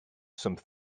some